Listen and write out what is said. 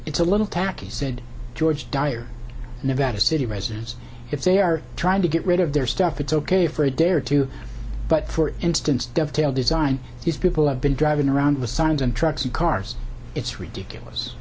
it's a little tacky said george dyer nevada city residents if they are trying to get rid of their stuff it's ok for a day or two but for instance dovetailed design is people have been driving around with signs and trucks and cars it's ridiculous